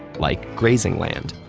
like grazing land,